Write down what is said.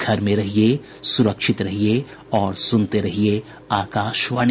घर में रहिये सुरक्षित रहिये और सुनते रहिये आकाशवाणी